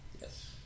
Yes